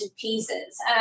pieces